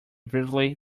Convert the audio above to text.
vividly